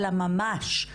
אלא ממש.